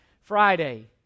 Friday